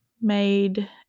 made